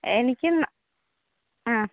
എനിക്ക് ആ